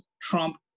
Trump